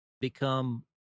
become